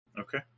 Okay